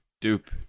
Dupe